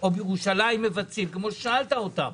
או בירושלים מבצעים, כמו ששאלת אותם.